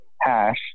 hash